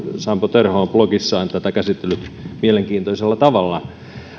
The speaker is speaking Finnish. sampo terho on blogissaan tätä käsitellyt mielenkiintoisella tavalla